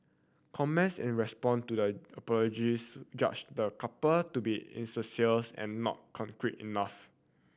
comments in response to the apologies judged the couple to be insincere and not contrite enough